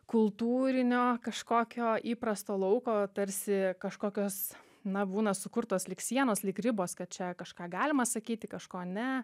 kultūrinio kažkokio įprasto lauko tarsi kažkokios na būna sukurtos lyg sienos lyg ribos kad čia kažką galima sakyti kažko ne